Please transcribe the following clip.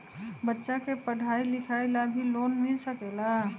बच्चा के पढ़ाई लिखाई ला भी लोन मिल सकेला?